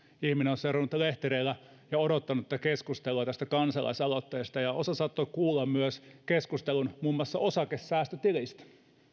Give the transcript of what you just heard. ihminen on seurannut lehtereillä ja odottanut tätä keskustelua tästä kansalaisaloitteesta ja osa saattoi kuulla myös keskustelun muun muassa osakesäästötilistä